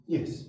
Yes